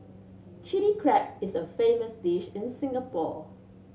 Chilli Crab is a famous dish in Singapore